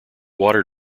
water